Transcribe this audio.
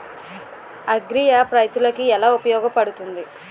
Agri app రైతులకి ఏలా ఉపయోగ పడుతుంది?